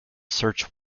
search